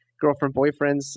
girlfriend-boyfriends